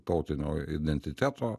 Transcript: tautinio identiteto